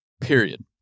Period